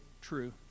true